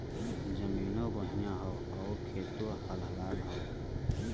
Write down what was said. जमीनों बढ़िया हौ आउर खेतो लहलहात हौ